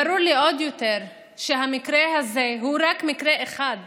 ברור לי עוד יותר שהמקרה הזה הוא רק מקרה אחד